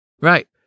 Right